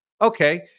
Okay